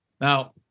Now